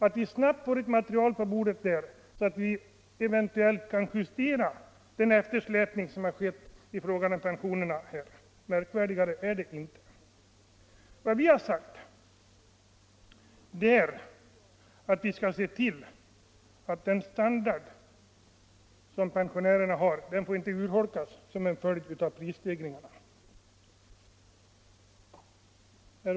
Vi vill snabbt ha ett material på bordet, så att vi eventuellt kan justera den eftersläpning som pensionerna har varit utsatta för. Märkvärdigare är det inte. Vi vill se till att pensionärernas standard inte urholkas som en följd av prisstegringarna.